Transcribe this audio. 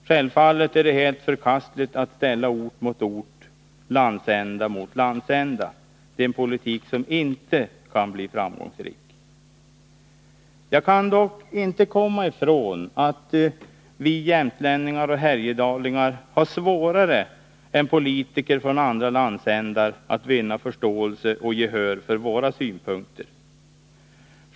Självfallet är det helt förkastligt att ställa ort mot ort, landsända mot landsända. Det är en politik som inte kan bli framgångsrik. Jag kan dock inte komma ifrån att vi jämtlänningar och härjedalingar har svårare än politiker från andra landsändar att vinna förståelse och gehör för våra synpunkter.